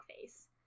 face